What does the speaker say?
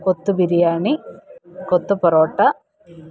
കൊത്തു ബിരിയാണി കൊത്തു പൊറോട്ട